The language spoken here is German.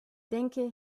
denke